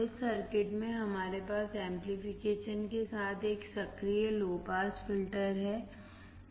इस सर्किट में हमारे पास एमप्लीफिकेशन के साथ एक सक्रिय लो पास फिल्टर है